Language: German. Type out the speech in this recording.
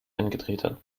eingetreten